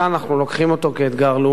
אנחנו לוקחים אותו כאתגר לאומי.